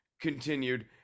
continued